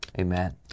Amen